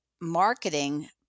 marketing